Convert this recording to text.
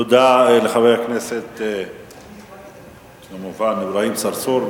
תודה לחבר הכנסת אברהים צרצור.